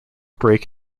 break